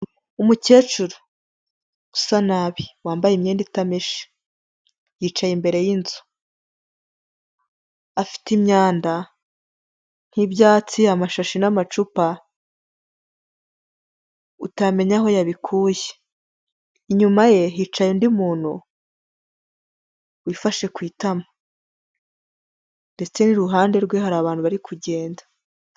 Umukecuru usa nabi wambaye imyenda itameshe, yicaye imbere y'inzu, afite imyanda nk'ibyatsi amashashi n'amacupa utamenya aho yabikuye, inyuma ye hicaye undi muntu wifashe ku itama, ndetse n'iruhande rwe hari abantu bari kugenda.